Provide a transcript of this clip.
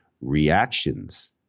reactions